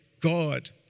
God